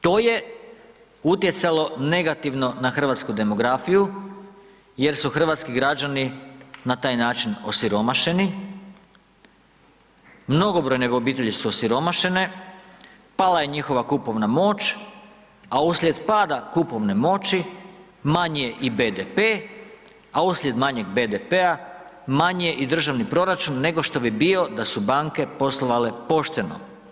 To je utjecalo negativno na hrvatsku demografiju jer su hrvatski građani na taj način osiromašeni, mnogobrojne obitelji su osiromašene, pala je njihova kupovna moć, a uslijed pada kupovne moći, manji je i BDP, a uslijed manjeg BDP-a manji je i državni proračun nego što bi bio da su banke poslovale pošteno.